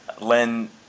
Len